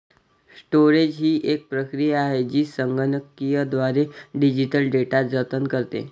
storage ही एक प्रक्रिया आहे जी संगणकीयद्वारे डिजिटल डेटा जतन करते